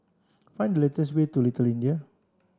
find the latest way to Little